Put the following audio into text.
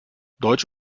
deutsch